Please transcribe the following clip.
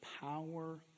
power